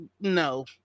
No